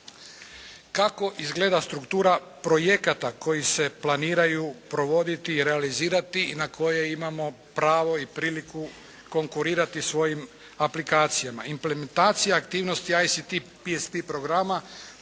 Kako izgleda struktura projekata koji se planiraju provoditi i realizirati i na koje imamo pravo i priliku konkurirati svojim aplikacijama. Implementacija aktivnosti ICT PSP programa,